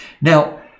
Now